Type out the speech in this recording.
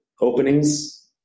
openings